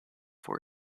for